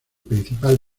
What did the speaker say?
principal